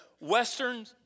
western